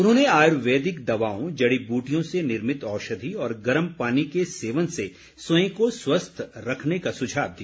उन्होंने आयुर्वेदिक दवाओं जड़ी ब्रूटियों से निर्मित औषधि और गर्म पानी के सेवन से स्वयं को स्वस्थ रखने का सुझाव दिया